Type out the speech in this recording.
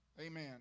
Amen